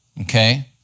okay